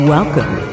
Welcome